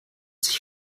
sich